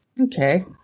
Okay